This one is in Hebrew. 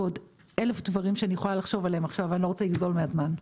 ועוד אלף דברים שאני יכולה לחשוב עליהם עכשיו ואני לא רוצה לגזול מהזמן.